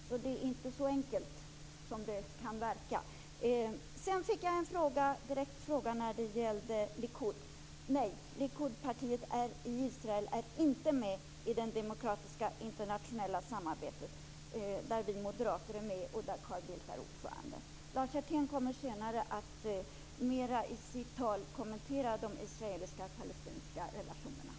Det är alltså inte så enkelt som det kan verka. Sedan fick jag en direkt fråga som gällde Likud. Nej, Likudpartiet i Israel är inte med i det demokratiska, internationella samarbete där vi moderater är med och där Carl Bildt är ordförande. Lars Hjertén kommer senare i sitt tal att mer kommentera de israelisk-palestinska relationerna.